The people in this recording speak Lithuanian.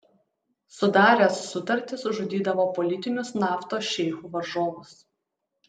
sudaręs sutartis žudydavo politinius naftos šeichų varžovus